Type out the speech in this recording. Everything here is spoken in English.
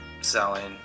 selling